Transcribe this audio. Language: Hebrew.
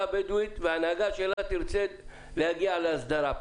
הבדואית וההנהגה שלה תרצה להגיע להסדרה.